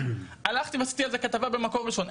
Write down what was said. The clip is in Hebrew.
הלכתי ועשיתי על זה כתבה במקור ראשון.